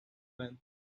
when